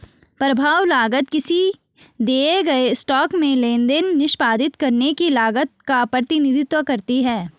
प्रभाव लागत किसी दिए गए स्टॉक में लेनदेन निष्पादित करने की लागत का प्रतिनिधित्व करती है